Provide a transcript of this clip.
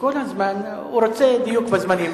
וכל הזמן הוא רוצה דיוק בזמנים.